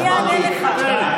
על חשבונו של חברי,